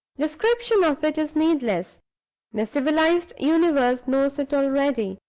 description of it is needless the civilized universe knows it already.